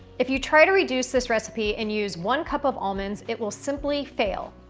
if you try to reduce this recipe and use one cup of almonds it will simply fail.